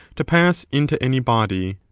to pass into any body.